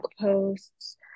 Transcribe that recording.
posts